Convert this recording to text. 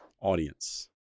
audience